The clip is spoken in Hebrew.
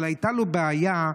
אבל הייתה לו בעיה,